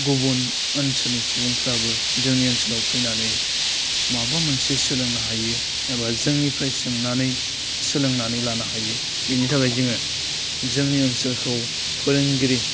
गुबुन ओनसोलनि सुबुंफ्राबो जोंनि ओनसोलाव फैनानै माबा मोनसे सोलोंनो हायो एबा जोंनिफ्राय सोंनानै सोलोंनानै लानो हायो बेनि थाखाय जोङो जोंनि ओनसोलखौ फोरोंगिरि